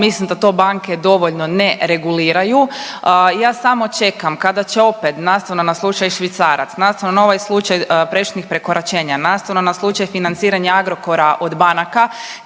mislim da to banke dovoljno ne reguliraju, ja samo čekam kada će opet nastavno na slučaj švicarac, nastavno na ovaj slučaj prešutnih prekoračenja, nastavno na slučaj financiranja Agrokora od banaka